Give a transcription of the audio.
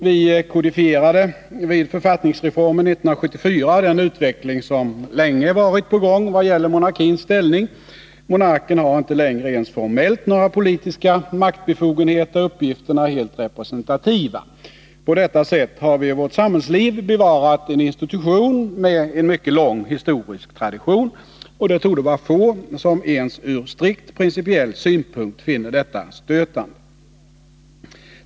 Vi kodifierade vid författningsreformen 1974 den utveckling som länge varit i gång i vad gäller monarkins ställning. Monarken har inte längre ens formellt några politiska maktbefogenheter. Uppgifterna är helt representativa. På detta sätt har vi i vårt samhällsliv bevarat en institution med en mycket lång historisk tradition. Det torde vara få som ens ur strikt principiell synpunkt finner detta stötande.